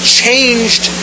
changed